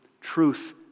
truth